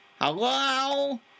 Hello